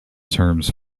terms